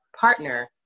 partner